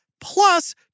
plus